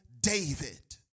David